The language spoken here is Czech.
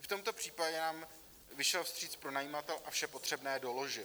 V tomto případě nám vyšel vstříc pronajímatel a vše potřebné doložil.